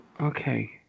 Okay